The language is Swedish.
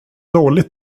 dålig